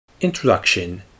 Introduction